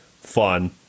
fun